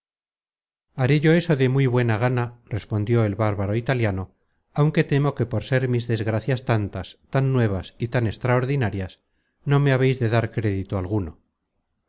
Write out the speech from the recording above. yo eso de muy buena gana respondió el bárbaro italiano aunque temo que por ser mis desgracias tantas tan nuevas y tan extraordinarias no me habeis de dar crédito alguno